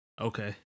Okay